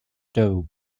dough